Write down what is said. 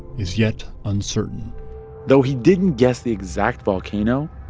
is yet uncertain though he didn't guess the exact volcano,